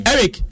Eric